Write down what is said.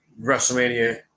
WrestleMania